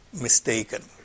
mistaken